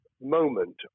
moment